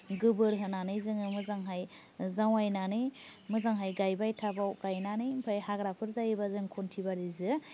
गोबोर होनानै जोङो मोजांहाय जावायनानै मोजांहाय गायबाय टाबाव गायनानै ओमफ्राय हाग्राफोर जायोबा जों खन्थिबारिजों